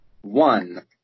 One